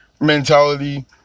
mentality